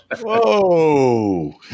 Whoa